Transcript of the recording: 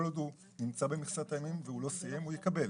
כל עוד הוא נמצא במכסת הימים ולא סיים אותה - הוא יקבל.